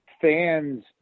fan's